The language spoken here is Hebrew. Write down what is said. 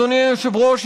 אדוני היושב-ראש,